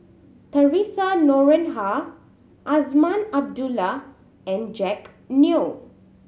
Theresa Noronha Azman Abdullah and Jack Neo